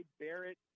Barrett